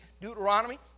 Deuteronomy